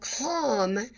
calm